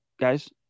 guys